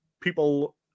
people